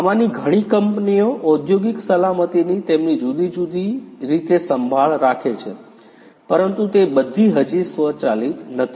આમાંની ઘણી કંપનીઓ ઔદ્યોગિક સલામતીની તેમની જુદી જુદી જુદી જુદી રીતે સંભાળ રાખે છે પરંતુ તે બધી હજી સ્વચાલિત નથી